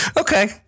Okay